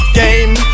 game